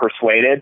persuaded